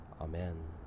Amen